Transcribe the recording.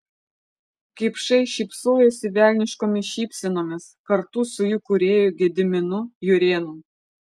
kipšai šypsojosi velniškomis šypsenomis kartu su jų kūrėju gediminu jurėnu